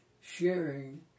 sharing